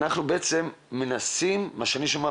אומנם מפנים אליכם